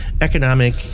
economic